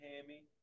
hammy